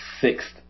sixth